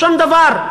שום דבר.